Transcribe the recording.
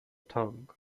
tongue